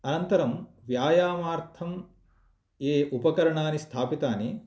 अनन्तरं व्यायामार्थं ये उपकरणानि स्थापितानि